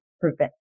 prevent